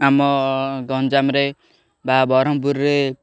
ଆମ ଗଞ୍ଜାମରେ ବା ବରହମପୁରରେ